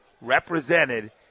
represented